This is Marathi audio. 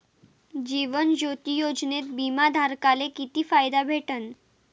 जीवन ज्योती योजनेत बिमा धारकाले किती फायदा भेटन?